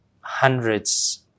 hundreds